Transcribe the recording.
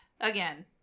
again